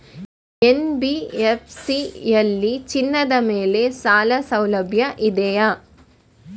NBFC ಯಲ್ಲಿ ಚಿನ್ನದ ಮೇಲೆ ಸಾಲಸೌಲಭ್ಯ ಇದೆಯಾ?